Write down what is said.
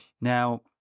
Now